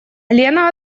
лена